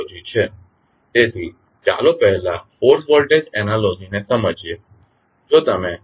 તેથી ચાલો પહેલા ફોર્સ વોલ્ટેજ એનાલોજી ને સમજીએ